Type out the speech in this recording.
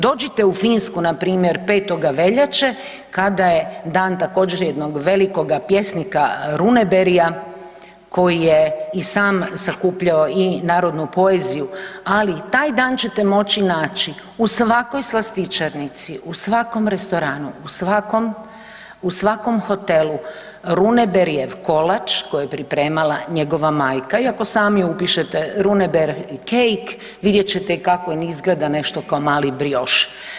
Dođit u Finsku, npr. 5. veljače kada je dan, također, jednog velikog pjesnika Runebergija, koji je i sam sakupljao i narodnu poeziju, ali i taj dan ćete moći naći u svakoj slastičarnici, u svakom restoranu, u svakom hotelu Runebergijev kolač koji je pripremala njegova majka, iako sami upišete Runeberg i cake, vidjet ćete kako on izgleda kao mali brioš.